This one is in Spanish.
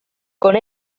con